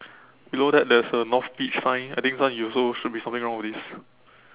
below that there is a north beach sign I think this one you also should be something wrong with this